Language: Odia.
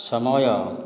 ସମୟ